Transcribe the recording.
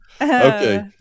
Okay